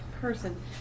person